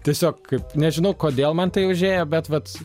tiesiog kaip nežinau kodėl man tai užėjo bet vat